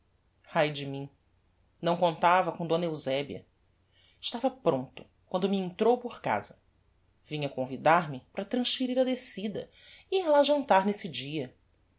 ai de mim não contava com d eusebia estava prompto quando me entrou por casa vinha convidar-me para transferir a descida e ir lá jantar nesse dia